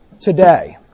today